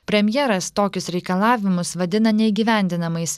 premjeras tokius reikalavimus vadina neįgyvendinamais